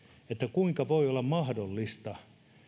kuinka voi olla mahdollista